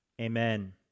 Amen